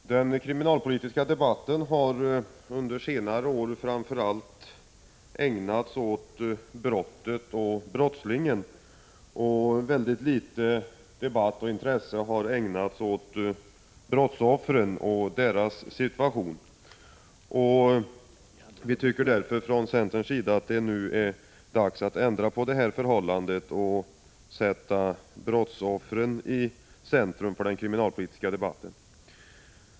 Herr talman! I den kriminalpolitiska debatten har man under senare år framför allt uppehållit sig vid brottet och brottslingen, medan mycket litet intresse har ägnats åt brottsoffren och deras situation. Vi tycker från centerns sida att det nu är dags att ändra på detta förhållande och sätta brottsoffren i centrum för den kriminalpolitiska debatten.